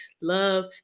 love